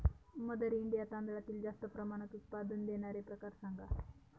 mother India तांदळातील जास्त प्रमाणात उत्पादन देणारे प्रकार सांगा